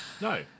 No